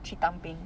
去当兵